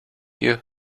you